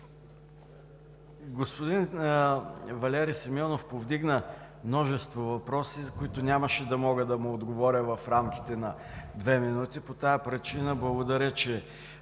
Господин Валери Симеонов повдигна множество въпроси, на които нямаше да мога да му отговоря в рамките на две минути. По тази причина благодаря, че